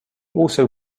also